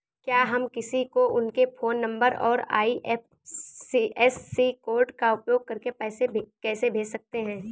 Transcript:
क्या हम किसी को उनके फोन नंबर और आई.एफ.एस.सी कोड का उपयोग करके पैसे कैसे भेज सकते हैं?